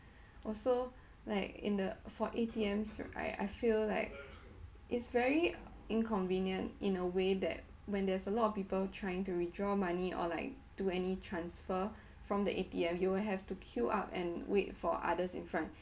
also like in the for A_T_Ms right I feel like its very inconvenient in a way that when there's a lot of people trying to withdraw money or like do any transfer from the A_T_M you would have to queue up and wait for others in front